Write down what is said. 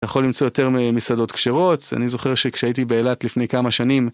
יכול למצוא יותר מסעדות כשרות, אני זוכר שכשהייתי באילת לפני כמה שנים.